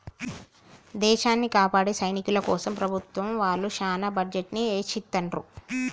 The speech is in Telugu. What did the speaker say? దేశాన్ని కాపాడే సైనికుల కోసం ప్రభుత్వం వాళ్ళు చానా బడ్జెట్ ని ఎచ్చిత్తండ్రు